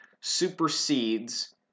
supersedes